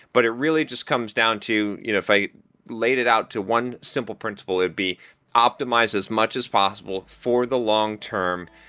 but it really just comes down to you know if i laid it out to one simple principle, it'd be optimize as much as possible for the long term,